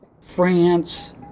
France